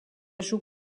joué